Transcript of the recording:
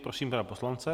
Prosím, pana poslance.